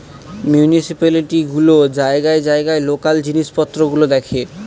municipality গুলো জায়গায় জায়গায় লোকাল জিনিস পত্র গুলো দেখে